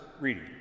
reading